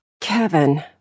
Kevin